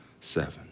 seven